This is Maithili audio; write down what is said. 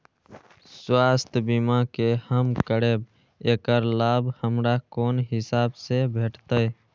स्वास्थ्य बीमा जे हम करेब ऐकर लाभ हमरा कोन हिसाब से भेटतै?